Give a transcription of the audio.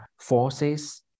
forces